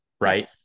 right